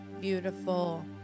beautiful